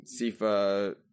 Sifa